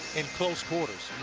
in close quarters.